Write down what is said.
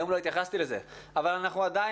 היום לא התייחסתי לזה אנחנו עדיין